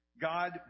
God